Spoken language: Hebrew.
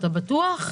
אתה בטוח?